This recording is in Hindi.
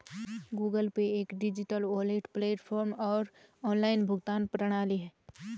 गूगल पे एक डिजिटल वॉलेट प्लेटफ़ॉर्म और ऑनलाइन भुगतान प्रणाली है